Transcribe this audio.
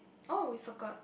oh we circled